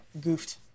Goofed